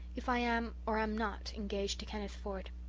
if i am, or am not, engaged to kenneth ford.